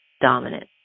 dominant